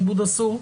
עיבוד אסור?